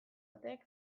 ateak